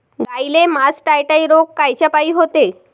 गाईले मासटायटय रोग कायच्यापाई होते?